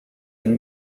and